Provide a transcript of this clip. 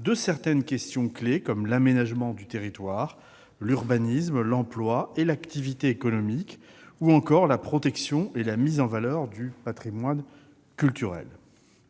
de certaines questions clés, comme l'aménagement du territoire, l'urbanisme, l'emploi et l'activité économique, ou encore la protection et la mise en valeur du patrimoine culturel.